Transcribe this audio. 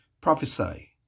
prophesy